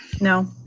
No